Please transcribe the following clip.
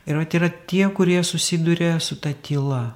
ir vat yra tie kurie susiduria su ta tyla